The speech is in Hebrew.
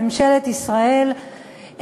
ממשלת ישראל,